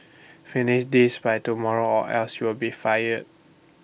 finish this by tomorrow or else you'll be fire